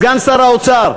סגן שר האוצר,